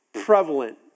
prevalent